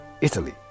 Italy